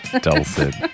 Dulcet